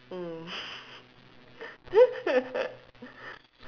mm